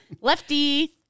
Lefty